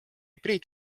priit